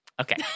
okay